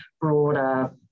broader